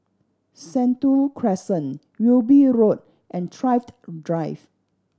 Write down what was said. Sentul Crescent Wilby Road and Thrift Drive